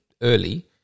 early